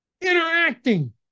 interacting